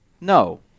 No